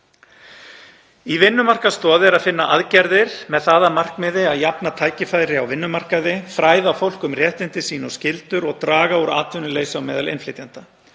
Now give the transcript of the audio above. Í vinnumarkaðsstoð er að finna aðgerðir með það að markmiði að jafna tækifæri á vinnumarkaði, fræða fólk um réttindi sín og skyldur og að draga úr atvinnuleysi á meðal innflytjenda.